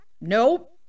Nope